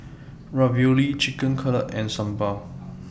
Ravioli Chicken Cutlet and Sambar